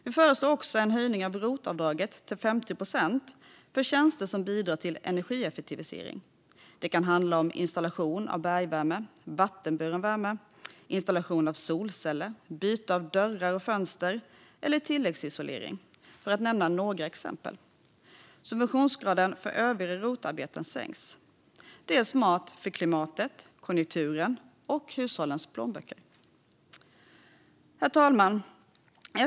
Vi föreslår också en höjning av rotavdraget till 50 procent för tjänster som bidrar till energieffektivisering. Det kan handla om installation av bergvärme, installation av vattenburen värme, installation av solceller, byte av dörrar och fönster eller tilläggsisolering, för att nämna några exempel. Subventionsgraden för övriga rotarbeten sänks. Det är smart för klimatet, konjunkturen och hushållens plånböcker. Herr talman!